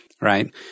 right